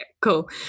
cool